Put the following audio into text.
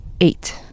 eight